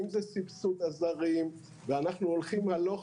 אם זה סבסוד עזרים ואנחנו הולכים הלוך